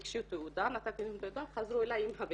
ביקשו תעודה, הראיתי תעודה, חזרו אלי עם הביטחון,